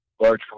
large